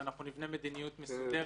ואנחנו נבנה מדיניות מסודרת.